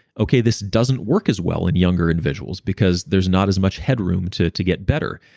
okay, this doesn't work as well in younger individuals, because there's not as much head room to to get better.